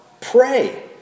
Pray